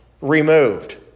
removed